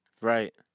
Right